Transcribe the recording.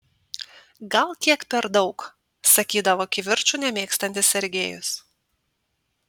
gal kiek per daug sakydavo kivirčų nemėgstantis sergejus